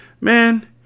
Man